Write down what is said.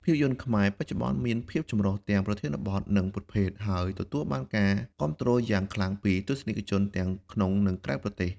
ភាពយន្តខ្មែរបច្ចុប្បន្នមានភាពចម្រុះទាំងប្រធានបទ និងប្រភេទ ហើយទទួលបានការគាំទ្រយ៉ាងខ្លាំងពីទស្សនិកជនទាំងក្នុងនិងក្រៅប្រទេស។